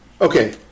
Okay